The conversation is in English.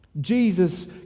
Jesus